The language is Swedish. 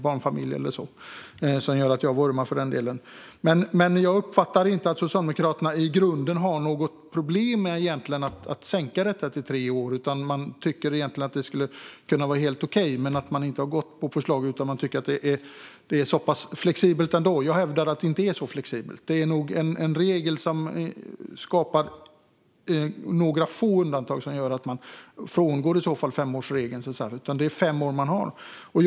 Det gör att jag vurmar för den delen. Jag uppfattar att Socialdemokraterna inte i grunden har något problem med att korta perioden till tre år. De tycker egentligen att det skulle kunna vara helt okej, men de har inte gått med på förslaget eftersom man tycker att det ändå är så pass flexibelt. Jag hävdar att det inte är särskilt flexibelt. Det är en regel som används med några få undantag där man frångår femårsregeln. Det är fem år man har på sig.